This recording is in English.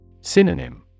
Synonym